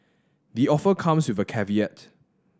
the offer comes with a caveat